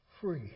free